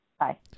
Hi